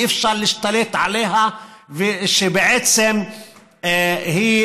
שאי-אפשר להשתלט עליה ושבעצם היא,